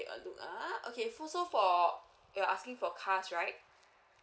a look ah okay for so for you're asking for cars right